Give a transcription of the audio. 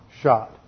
shot